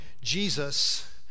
Jesus